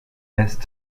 best